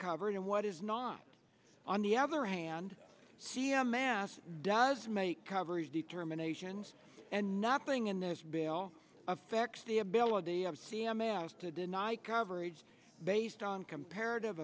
covered and what is not on the other hand c m s does make coverage determinations and not bring in this bill affects the ability of c m s to deny coverage based on comparative